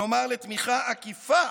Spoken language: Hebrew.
כלומר לתמיכה עקיפה